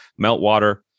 meltwater